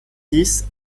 dix